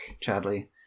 Chadley